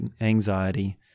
anxiety